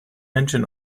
engine